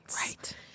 right